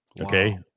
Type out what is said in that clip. Okay